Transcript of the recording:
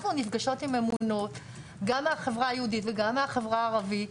אנחנו נפגשות עם ממונות גם מהחברה היהודית וגם מהחברה הערבית,